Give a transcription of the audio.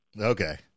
Okay